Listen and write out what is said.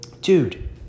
Dude